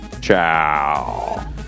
Ciao